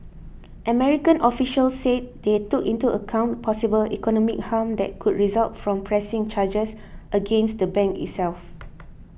American officials said they took into account possible economic harm that could result from pressing charges against the bank itself